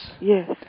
Yes